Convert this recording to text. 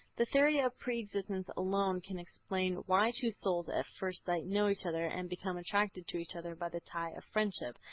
the theory of pre-existence alone can explain why two souls at first sight know each other and become attached to each other by the tie of friendship.